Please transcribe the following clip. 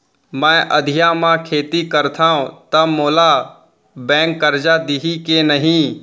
मैं अधिया म खेती करथंव त मोला बैंक करजा दिही के नही?